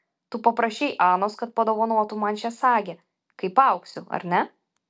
tu paprašei anos kad padovanotų man šią sagę kai paaugsiu ar ne